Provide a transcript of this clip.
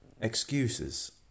excuses